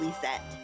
set